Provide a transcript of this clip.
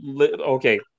okay